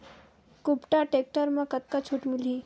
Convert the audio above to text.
कुबटा टेक्टर म कतका छूट मिलही?